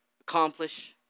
accomplish